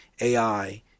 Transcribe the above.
AI